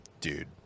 Dude